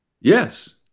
Yes